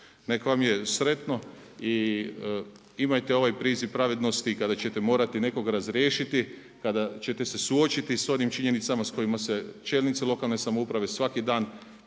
Nek vam je sretno i imajte ovaj priziv pravednosti kada ćete morati nekoga razriješiti, kada ćete se suočiti s onim činjenicama s kojima se čelnici lokalne samouprave svaki dan